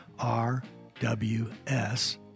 RWS